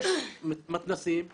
יש מתנ"סים מפוארים,